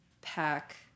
pack